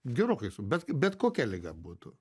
gerokai bet bet kokia liga būtų